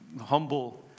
humble